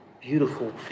Beautiful